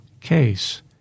case